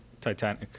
Titanic